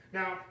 now